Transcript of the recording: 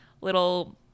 little